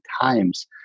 times